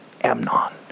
Amnon